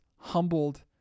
humbled